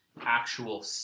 actual